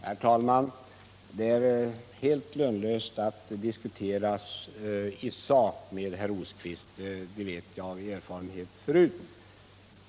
Herr talman! Att det är helt lönlöst att diskutera i sak med herr Rosqvist vet jag av erfarenhet förut.